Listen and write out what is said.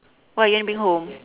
why you want bring home